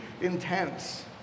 intense